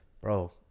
bro